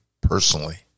personally